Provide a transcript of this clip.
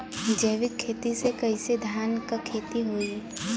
जैविक खेती से कईसे धान क खेती होई?